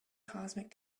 cosmic